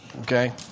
okay